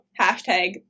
hashtag